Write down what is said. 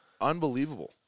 Unbelievable